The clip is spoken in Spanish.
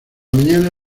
mañana